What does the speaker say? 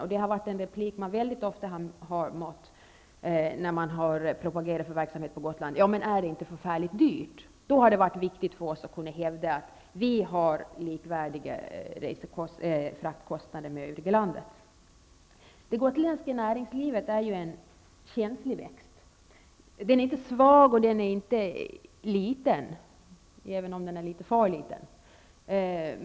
När man har propagerat för verksamhet på Gotland har man mycket ofta fått höra repliken: Men är det inte förfärligt dyrt? Det har då varit viktigt för oss att kunna hävda att våra fraktkostnader är likvärdiga med fraktkostnaderna i övriga landet. Det gotländska näringslivet är en känslig växt. Den är inte svag och liten, även om den är litet för liten.